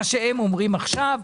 מה שהם אומרים עכשיו,